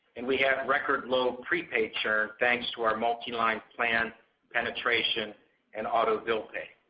and we had record low prepaid churn, thanks to our multiline plan penetration and auto bill pay.